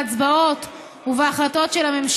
הסמכות ליטול חלק בהצבעות ובהחלטות של הממשלה,